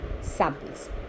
samples